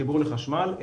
חיבור לחשמל,